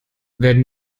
werden